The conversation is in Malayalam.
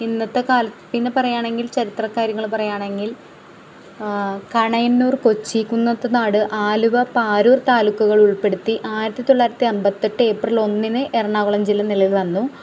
ഇന്നത്തെ കാലത്ത് പിന്നെ പറയാണെങ്കിൽ ചരിത്രകാര്യങ്ങള് പറയാണെങ്കിൽ കണയന്നൂർ കൊച്ചി കുന്നത്തുനാട് ആലുവ പാരൂർ താലൂക്കുകൾ ഉൾപ്പെടുത്തി ആയിരത്തി തൊള്ളായിരത്തി അമ്പത്തെട്ട് ഏപ്രിൽ ഒന്നിന് എറണാകുളം ജില്ല നിലവിൽ വന്നു